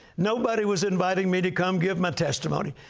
nobody was inviting me to come give my testimony.